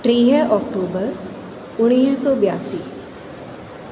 टीह अक्टूबर उणिवीह सौ ॿियासी